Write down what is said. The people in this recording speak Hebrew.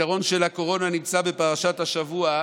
הפתרון של הקורונה נמצא בפרשת השבוע.